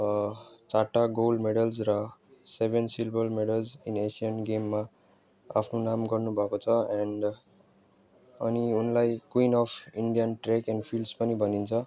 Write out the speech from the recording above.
चारवटा gold medals र seven silver medals in Asian गेममा आफ्नो नाम गर्नुभएको छ एन्ड अनि उनलाई queen of Indian track and fields पनि भनिन्छ